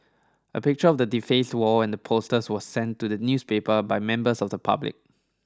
a picture of the defaced wall and the posters was sent to the newspaper by members of the public